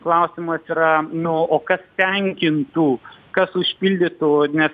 klausimas yra nu o kas tenkintų kas užpildytų nes